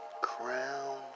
Crown